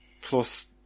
Plus